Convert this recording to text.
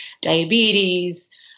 diabetes